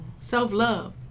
self-love